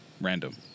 Random